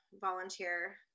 volunteer